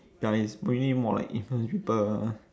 ya it's mainly more like influence people